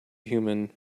human